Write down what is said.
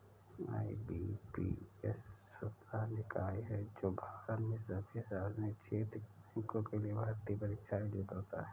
IBPS स्वायत्त निकाय है जो भारत में सभी सार्वजनिक क्षेत्र के बैंकों के लिए भर्ती परीक्षा आयोजित करता है